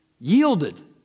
yielded